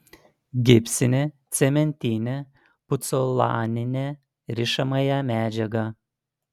gipsinę cementinę pucolaninę rišamąją medžiagą